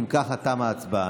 אם כך, תמה ההצבעה.